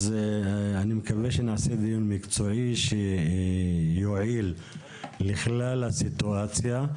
אני מקווה שהדיון שנעשה יהיה דיון מקצועי ושהוא יועיל לכלל הסיטואציה.